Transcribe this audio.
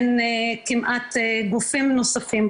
אין כמעט גופים נוספים,